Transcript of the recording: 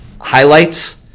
highlights